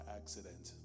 accident